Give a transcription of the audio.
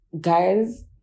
Guys